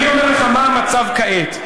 אני אומר לך מה המצב כעת.